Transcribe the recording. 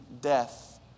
death